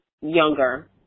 younger